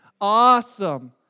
Awesome